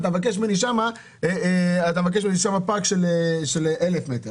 שם פארק של 1,000 מטר.